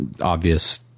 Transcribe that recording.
obvious